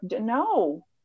no